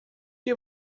que